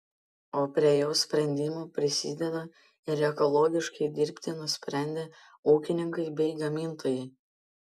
o prie jos sprendimo prisideda ir ekologiškai dirbti nusprendę ūkininkai bei gamintojai